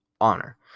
honor